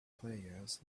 players